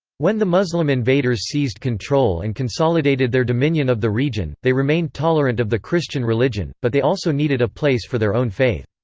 when the muslim invaders seized control and consolidated their dominion of the region, they remained tolerant of the christian religion, but they also needed a place for their own faith.